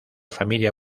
familia